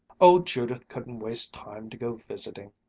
oh, judith couldn't waste time to go visiting,